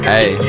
Hey